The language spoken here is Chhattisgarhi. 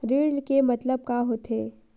ऋण के मतलब का होथे?